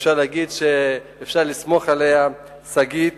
אפשר להגיד שאפשר לסמוך עליה, שגית,